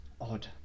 Odd